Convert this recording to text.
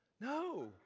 No